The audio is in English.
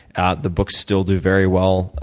ah the books still do very well.